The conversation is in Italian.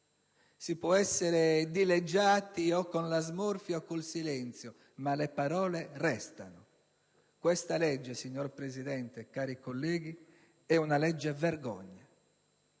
si può essere dileggiati o con la smorfia o con il silenzio, ma le parole restano. Questa, signor Presidente, cari colleghi, è una legge vergogna!